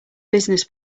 business